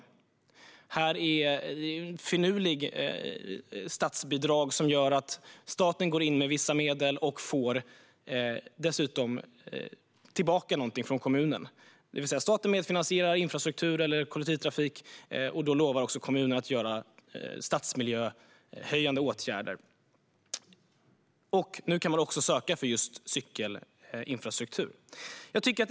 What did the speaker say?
Det är ett finurligt statsbidrag där staten går in med vissa medel och dessutom får någonting tillbaka från kommunen. Staten medfinansierar infrastruktur eller kollektivtrafik, och då lovar kommunen att vidta stadsmiljöhöjande åtgärder. Nu kan man också söka för cykelinfrastruktur.